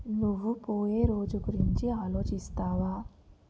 నువ్వు పోయే రోజు గురించి ఆలోచిస్తావా